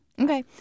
Okay